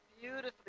beautifully